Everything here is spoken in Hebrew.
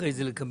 אחרי זה לקבל,